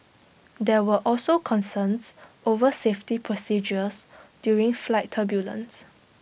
there were also concerns over safety procedures during flight turbulence